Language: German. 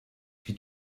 wie